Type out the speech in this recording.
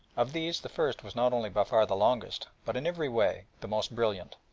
of these the first was not only by far the longest, but in every way the most brilliant.